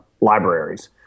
libraries